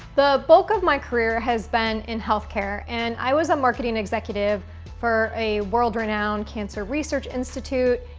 the bulk of my career has been in healthcare, and i was a marketing executive for a world renowned cancer research institute,